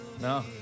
no